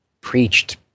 preached